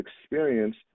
experience